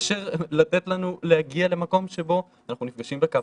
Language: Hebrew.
מאשר לתת לנו להגיע למקום שבו אנחנו נפגשים בקפסולות,